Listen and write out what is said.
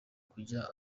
kujya